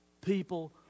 People